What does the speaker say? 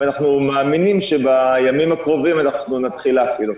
אנחנו מאמינים שבימים הקרובים נתחיל להפעיל אותה.